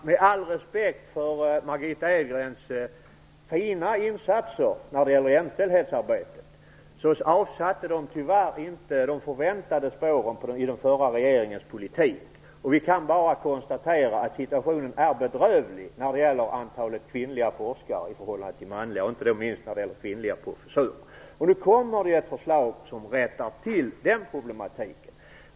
Herr talman! Med all respekt för Margitta Edgrens fina insatser när det gäller jämställdhetsarbetet, måste jag säga att de tyvärr inte avsatte de förväntade spåren i den förra regeringens politik. Vi kan bara konstatera att situationen är bedrövlig när det gäller antalet kvinnliga förskare i förhållande till antalet manliga forskare, och inte minst när det gäller kvinnliga professurer. Nu kommer det ett förslag som löser de problemen.